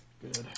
Good